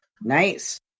Nice